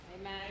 Amen